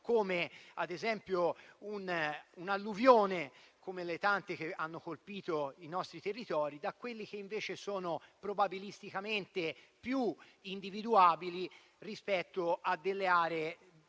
come ad esempio le alluvioni (come le tante che hanno colpito i nostri territori), e di quelli che invece sono probabilisticamente più individuabili per particolari